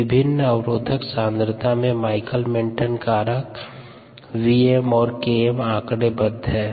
विभिन्न अवरोधक सांद्रता में माइकलिस मेन्टेन कारक Vm और Km आंकड़ेबद्ध हैं